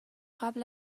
قبل